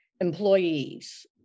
employees